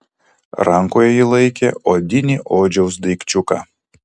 rankoje ji laikė odinį odžiaus daikčiuką